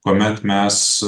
kuomet mes